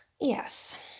yes